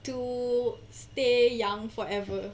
to stay young forever